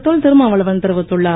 தொல் திருமாவளவன் தெரிவித்துள்ளார்